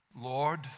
Lord